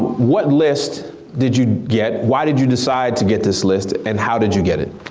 what list did you get, why did you decide to get this list, and how did you get it?